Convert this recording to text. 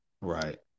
Right